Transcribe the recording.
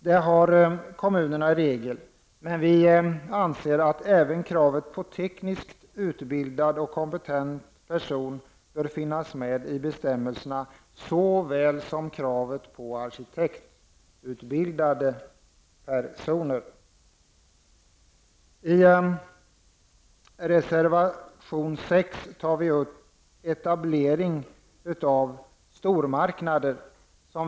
Det har kommunerna i regel, men vi anser att såväl kravet på tekniskt utbildad och kompetent person som kravet på arkitektutbildad person bör finnas med i bestämmelserna. I reservation 6 tar vi upp etablering av stormarknader.